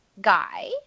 guy